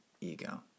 ego